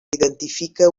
identifica